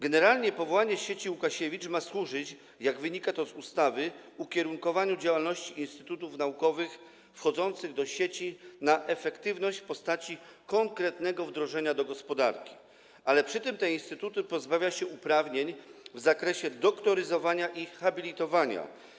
Generalnie powołanie sieci Łukasiewicz ma służyć, jak wynika to z ustawy, ukierunkowaniu działalności instytutów naukowych wchodzących do sieci na efektywność w postaci konkretnego wdrożenia do gospodarki, ale przy tym te instytuty pozbawia się uprawnień w zakresie doktoryzowania i habilitowania.